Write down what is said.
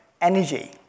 energy